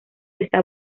está